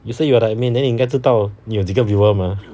you said you are the admin then 你应该要知道你有几个 viewer mah